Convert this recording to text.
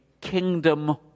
kingdom